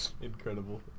Incredible